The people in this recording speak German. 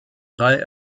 drei